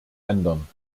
ändern